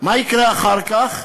מה יקרה אחר כך?